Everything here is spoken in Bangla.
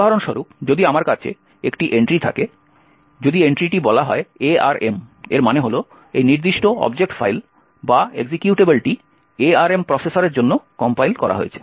উদাহরণস্বরূপ যদি আমার একটি এন্ট্রি থাকে যদি এন্ট্রিটি বলা হয় ARM এর মানে হল এই নির্দিষ্ট অবজেক্ট ফাইল বা এক্সিকিউটেবলটি ARM প্রসেসরের জন্য কম্পাইল করা হয়েছে